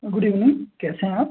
good evening کیسے ہیں آپ